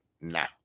nah